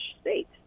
state